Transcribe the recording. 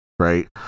right